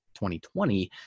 2020